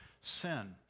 sin